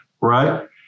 right